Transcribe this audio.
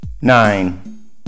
Nine